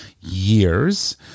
years